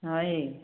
ହଁ ଇଏ